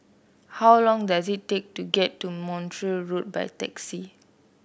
how long does it take to get to Montreal Road by taxi